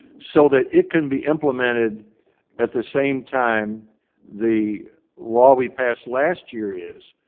so that it can be implemented at the same time the law we passed last year is.